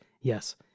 yes